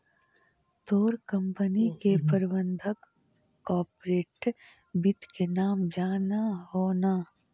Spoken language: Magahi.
तोर कंपनी के प्रबंधक कॉर्पोरेट वित्त के काम जान हो न